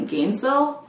Gainesville